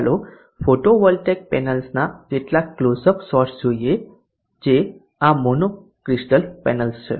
ચાલો ફોટોવોલ્ટેઇક પેનલ્સના કેટલાક ક્લોઝ અપ શોટ્સ જોઈએ જે આ મોનો ક્રિસ્ટલ પેનલ્સ છે